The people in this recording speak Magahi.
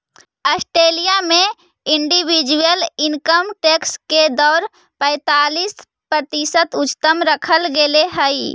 ऑस्ट्रेलिया में इंडिविजुअल इनकम टैक्स के दर पैंतालीस प्रतिशत उच्चतम रखल गेले हई